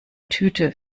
tüte